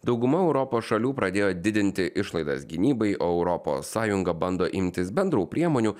dauguma europos šalių pradėjo didinti išlaidas gynybai o europos sąjunga bando imtis bendrų priemonių